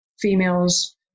females